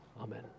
Amen